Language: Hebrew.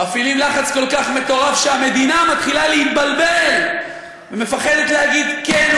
מפעילים לחץ כל כך מטורף שהמדינה מתחילה להתבלבל ומפחדת להגיד: כן,